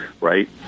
Right